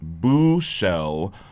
Booshell